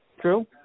True